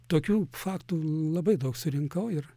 tokių faktų labai daug surinkau ir